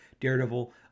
Daredevil